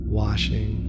washing